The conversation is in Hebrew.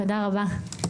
תודה רבה.